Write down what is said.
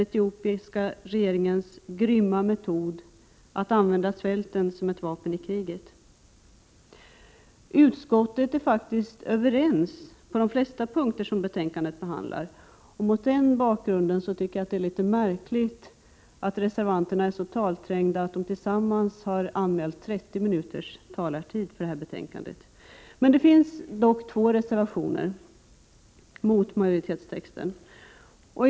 1988/89:30 regeringens grymma metod att använda svälten som ett vapen i kriget. 23 november 1988 Utskottet är överens på de flesta punkterna i betänkandet, och mot den bakgrunden är det märkligt att reservanterna är så talträngda att de red ock nationell förtillsammans har anmält 30 minuter talartid för detta betänkande. soning i Etiopien Det finns dock två reservationer mot majoritetstexten.